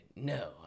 No